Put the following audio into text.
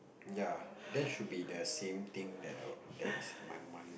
ya that should be the same thing that I'd that is in my mind